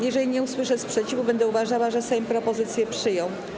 Jeżeli nie usłyszę sprzeciwu, będę uważała, że Sejm propozycję przyjął.